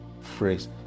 phrase